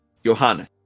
Johanna